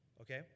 Okay